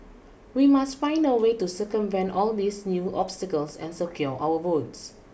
we must find a way to circumvent all these new obstacles and secure our votes